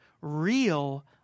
real